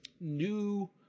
new